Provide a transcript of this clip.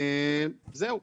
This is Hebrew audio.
זהו,